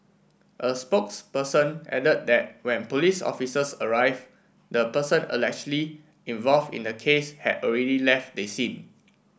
a spokesperson added that when police officers arrive the person allegedly involve in the case had already left the scene